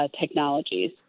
technologies